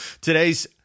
today's